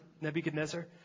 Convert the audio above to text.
Nebuchadnezzar